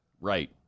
Right